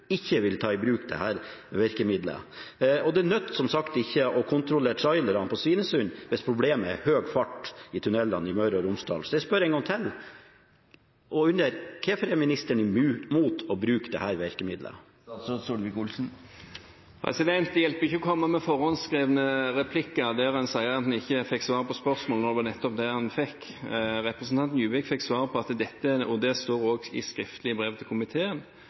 ikke har stor effekt, annet enn ministeren, som av en eller annen grunn ikke vil ta i bruk dette virkemiddelet. Det nytter som sagt ikke å kontrollere trailerne ved Svinesund hvis problemet er høy fart i tunnelene i Møre og Romsdal. Så jeg spør en gang til, og undrer: Hvorfor er ministeren imot å bruke dette virkemiddelet? Det hjelper ikke å komme med forhåndsskrevne replikker der en sier at en ikke fikk svar på spørsmålet, når det var nettopp det en fikk. Representanten Juvik fikk til svar – og det står også skrevet i brev til komiteen – at dette er